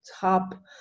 top